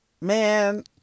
Man